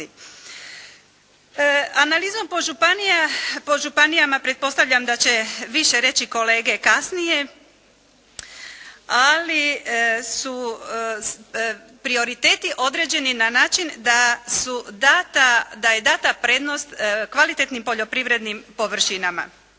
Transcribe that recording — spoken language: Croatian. Analizom po županijama, pretpostavljam da će više reći kolege kasnije, ali su prioriteti određeni na način da je dana prednost kvalitetnim poljoprivrednim površinama.